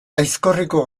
aizkorriko